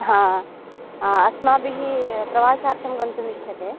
हा अस्माभिः प्रावासार्थं गन्तुम् इच्छ्यते